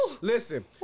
Listen